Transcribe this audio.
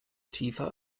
tiefer